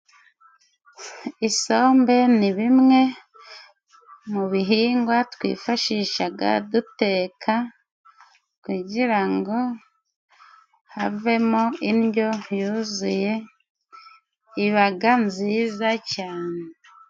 Isombe ni bimwe mu bihingwa twifashishaga duteka, kugira ngo havemo indyo yuzuye ibaga nziza cane.